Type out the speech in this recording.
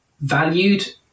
valued